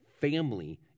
family